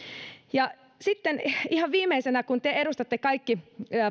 arvon sitten ihan viimeisenä kun te edustatte kaikki